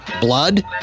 Blood